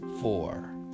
four